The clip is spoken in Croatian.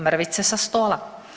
Mrvice sa stola.